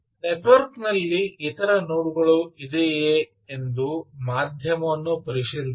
ನೆಟ್ವರ್ಕ್ನಲ್ಲಿ ಇತರ ನೋಡ್ ಗಳು ಇದೆಯೇ ಎಂದು ಮಾಧ್ಯಮವನ್ನು ಪರಿಶೀಲಿಸಬೇಕು